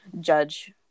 judge